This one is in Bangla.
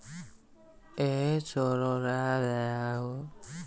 অর্থ সরবরাহ যেকোন দেশে চলতে থাকে